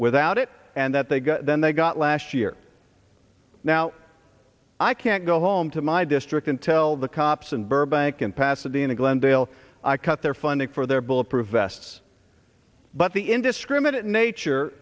without it and that they got then they got last year now i can't go home to my district and tell the cop and burbank in pasadena glendale i cut their funding for their bulletproof vests but the indiscriminate nature